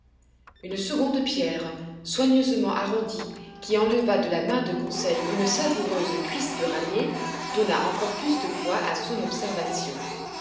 une seconde pierre soigneusement arrondie qui enleva de la main de conseil une savoureuse cuisse de ramier donna encore plus de poids à son observation